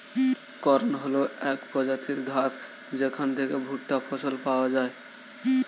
corn হল এক প্রজাতির ঘাস যেখান থেকে ভুট্টা ফসল পাওয়া যায়